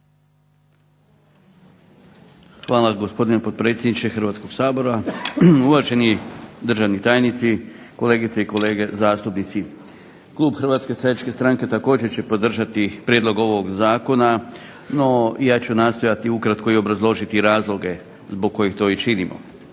Hvala gospodine potpredsjedniče Hrvatskog sabora. Uvaženi državni tajnici, kolegice i kolege zastupnici. Klub HSS-a također će podržati prijedlog ovog zakona. No ja ću nastojati ukratko obrazložiti razloge zbog kojeg to i činimo.